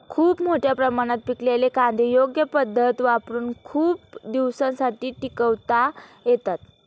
खूप मोठ्या प्रमाणात पिकलेले कांदे योग्य पद्धत वापरुन खूप दिवसांसाठी टिकवता येतात